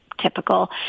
typical